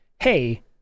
Hey